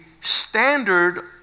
standard